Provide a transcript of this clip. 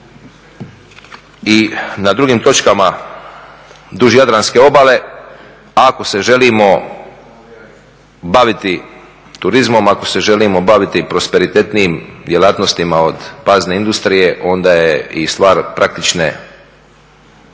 i na drugim točkama duž jadranske obale. Ako se želimo bavimo turizmom, ako se želimo baviti prosperitetnijim djelatnostima od … industrije onda je i stvar praktičnog